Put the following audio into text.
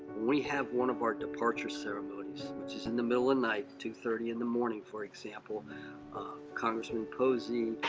we have one of our departure ceremonies, which is in the middle of night, two thirty in the morning for example congressman posey,